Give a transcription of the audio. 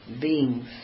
beings